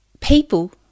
people